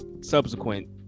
subsequent